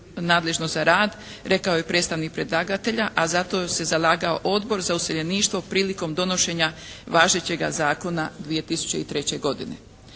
nadležno za rad, rekao je predstavnik predlagatelja, a za to se zalagao Odbor za useljeništvo prilikom donošenja važećega zakona 2003. godine.